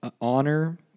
Honor